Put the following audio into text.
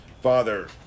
father